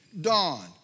dawn